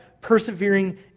persevering